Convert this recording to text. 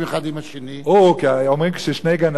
אומרים, כששני גנבים רבים, לא